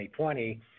2020